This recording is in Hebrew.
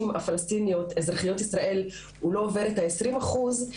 הפלשתינאיות אזרחיות ישראל הוא לא עובר את ה-20 אחוז,